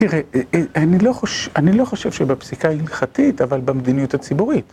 תראה, אני לא חושב שבפסיקה הלכתית, אבל במדיניות הציבורית.